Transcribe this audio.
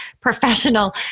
professional